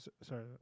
sorry